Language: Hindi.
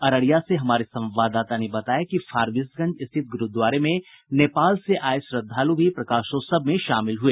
अररिया से हमारे संवाददाता ने बताया कि फारबिसगंज गुरूद्वारे में नेपाल से आये श्रद्धालु भी प्रकाशोत्सव में शामिल हुए